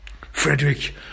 Frederick